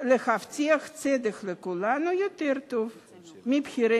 להבטיח צדק לכולנו יותר טוב מבכירי